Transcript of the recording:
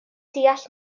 deall